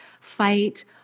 Fight